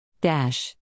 Dash